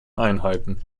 einheiten